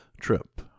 trip